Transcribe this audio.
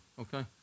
okay